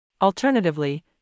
Alternatively